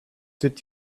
did